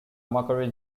mercury